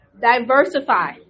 Diversify